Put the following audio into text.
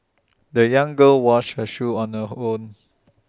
the young girl washed her shoes on her horn